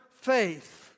faith